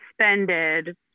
suspended